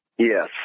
Yes